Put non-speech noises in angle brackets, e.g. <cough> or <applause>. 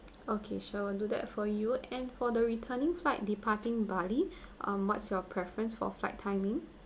okay sure will do that for you and for the returning flight departing bali <breath> um what's your preference for flight timing